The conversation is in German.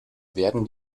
werden